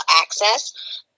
Access